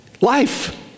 life